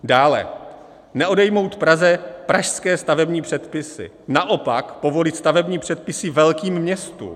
Dále neodejmout Praze pražské stavební předpisy, naopak povolit stavební předpisy velkým městům.